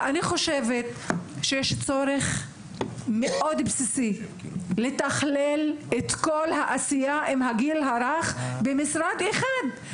אני חושבת שיש צורך מאוד בסיסי לתכלל את כל העשייה בגיל הרך במשרד אחד.